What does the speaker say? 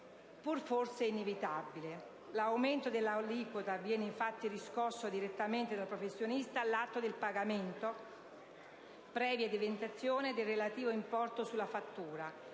pur, forse, inevitabile. L'aumento dell'aliquota viene infatti riscosso direttamente dal professionista all'atto del pagamento, previa evidenziazione del relativo importo sulla fattura: